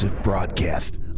broadcast